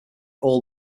all